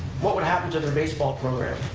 what would happen to their baseball program?